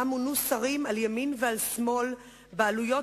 שמונו בה שרים על ימין ועל שמאל בעלויות